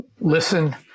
listen